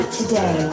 Today